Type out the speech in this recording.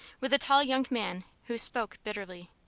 with a tall young man who spoke bitterly.